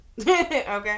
Okay